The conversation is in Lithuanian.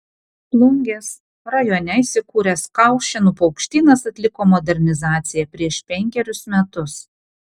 plungės rajone įsikūręs kaušėnų paukštynas atliko modernizaciją prieš penkerius metus